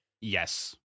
Yes